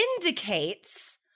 indicates